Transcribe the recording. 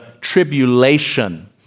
tribulation